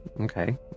okay